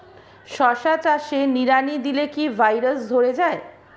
শশা চাষে নিড়ানি দিলে কি ভাইরাস ধরে যায়?